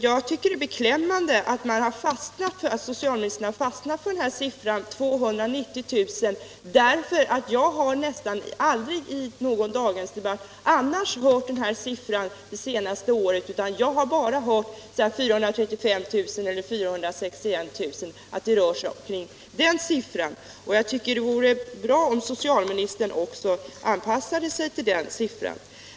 Jag tycker att det är beklämmande att socialministern fastnat för siffran 290 000. Jag har nämligen nästan aldrig i någon daghemsdebatt under det senaste året hört den siffran, utan jag har bara hört siffran 435 000 eller 461 000. Och jag menar att det vore bra om socialministern också anpassade sig till den siffran.